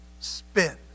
spin